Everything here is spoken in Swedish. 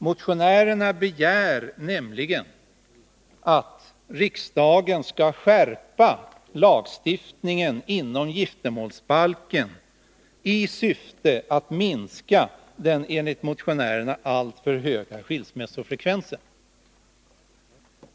Motionärerna begär nämligen att riksdagen skall skärpa lagstiftningen inom giftermålsbalken i syfte att minska den enligt motionärerna alltför höga skilsmässofrekvensen.